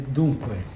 dunque